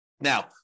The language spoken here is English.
Now